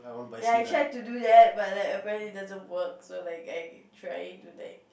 ya I tried to do that but like apparently it doesn't work so like I try to like